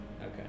Okay